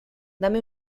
dame